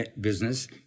business